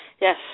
Yes